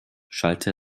schallte